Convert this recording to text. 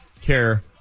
care